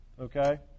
Okay